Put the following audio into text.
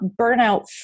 burnout